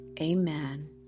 amen